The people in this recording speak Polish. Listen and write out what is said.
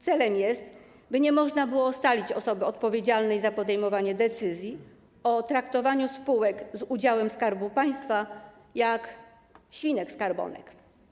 Celem jest, by nie można było ustalić osoby odpowiedzialnej za podejmowanie decyzji o traktowaniu spółek z udziałem Skarbu Państwa jak świnek-skarbonek.